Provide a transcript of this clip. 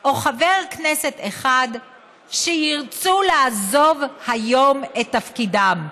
או חבר כנסת אחד שירצו לעזוב היום את תפקידם.